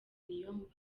niyombare